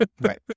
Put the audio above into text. Right